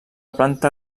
planta